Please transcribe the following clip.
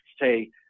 say